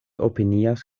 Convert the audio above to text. opinias